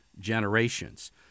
generations